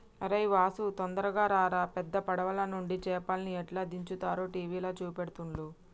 అరేయ్ వాసు తొందరగా రారా పెద్ద పడవలనుండి చేపల్ని ఎట్లా దించుతారో టీవీల చూపెడుతుల్ను